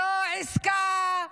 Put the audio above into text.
לא עסקה,